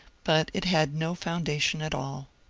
but it had no foundation at all.